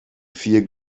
vier